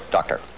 Doctor